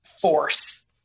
force